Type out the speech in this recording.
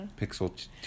Pixel